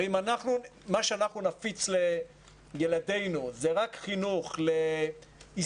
הרי אם מה שאנחנו נפיץ לילדינו הוא רק חינוך להסתגרות,